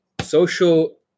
Social